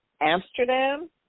Amsterdam